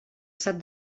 sap